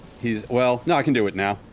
he's well, no, i can do it now.